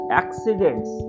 accidents